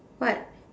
what